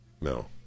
No